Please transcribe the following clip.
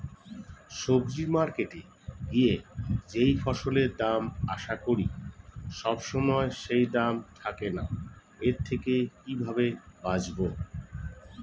সবজি মার্কেটে গিয়ে যেই ফসলের দাম আশা করি সবসময় সেই দাম থাকে না এর থেকে কিভাবে বাঁচাবো?